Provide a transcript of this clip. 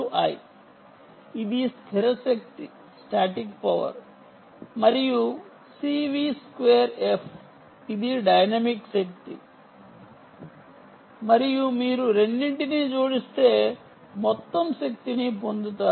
VI ఇది స్థిర శక్తి మరియు CV2f డైనమిక్ శక్తి గా మరియు మీరు రెండింటినీ జోడిస్తే మీరు మొత్తం శక్తిని పొందుతారు